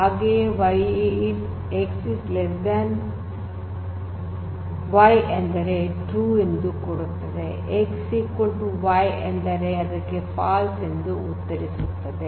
ಹಾಗೆಯೇ x y ಎಂದರೆ true x y ಎಂದರೆ ಅದಕ್ಕೆ ಫಾಲ್ಸ್ ಎಂದು ಉತ್ತರಿಸುತ್ತದೆ